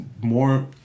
more